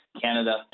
Canada